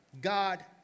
God